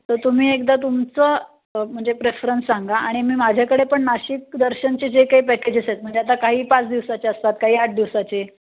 तर तुम्ही एकदा तुमचं म्हणजे प्रेफरन्स सांगा आणि मी माझ्याकडे पण नाशिक दर्शनचे जे काही पॅकेजेस आहेत म्हणजे आता काही पाच दिवसाचे असतात काही आठ दिवसाचे